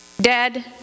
dead